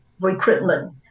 recruitment